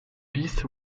bis